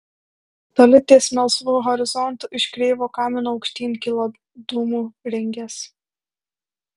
toli ties melsvu horizontu iš kreivo kamino aukštyn kilo dūmų ringės